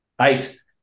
Eight